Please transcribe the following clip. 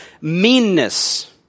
meanness